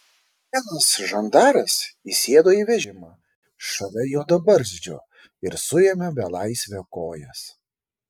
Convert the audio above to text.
vienas žandaras įsėdo į vežimą šalia juodabarzdžio ir suėmė belaisvio kojas